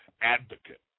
advocate